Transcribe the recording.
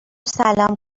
سلام